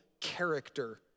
character